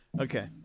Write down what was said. Okay